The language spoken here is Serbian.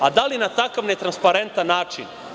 A da li na takav netransparentan način?